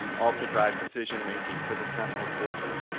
also drive decision making for the sentinel system.